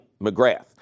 McGrath